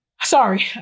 sorry